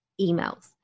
emails